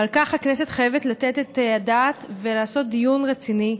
ועל כך הכנסת חייבת לתת את הדעת ולעשות דיון רציני.